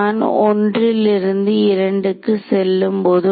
நான் 1 இல் இருந்து 2 க்கு செல்லும்போது